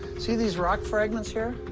see these rock fragments here?